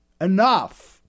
enough